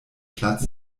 platz